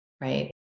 right